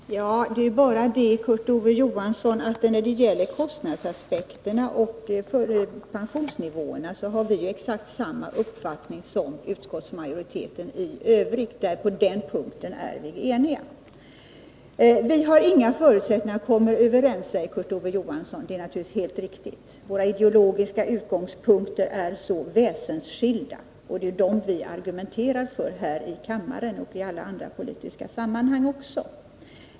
Herr talman! Det är bara det, Kurt Ove Johansson, att vi har exakt samma uppfattning som utskottsmajoriteten i övrigt när det gäller kostnadsaspekterna och pensionsnivåerna. På den punkten är vi eniga. Vi har inga förutsättningar att komma överens, säger Kurt Ove Johansson vidare. Det är naturligtvis helt riktigt. Våra ideologiska uppfattrlingar är väsensskilda, och det är ju dem vi argumenterar för här i kammaren och i alla andra politiska sammanhang också.